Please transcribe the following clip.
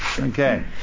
Okay